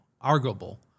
arguable